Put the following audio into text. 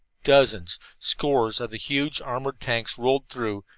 dozens, scores of the huge armored tanks rolled through,